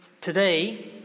today